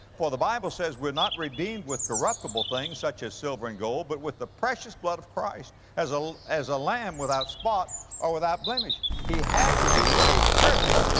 for the bible says, we're not redeemed with corruptible things such as silver and gold, but with the precious blood of christ as a as a lamb without spot or without blemish. he had to be a perfect,